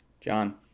John